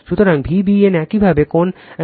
সুতরাং Vbn একইভাবে কোণ 120o